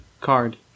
card